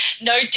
No